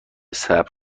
صبر